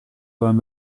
beim